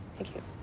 thank you.